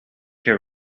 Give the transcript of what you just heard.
your